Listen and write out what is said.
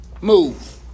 move